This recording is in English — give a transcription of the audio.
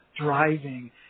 driving